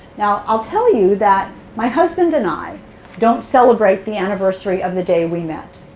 now i'll tell you that my husband and i don't celebrate the anniversary of the day we met.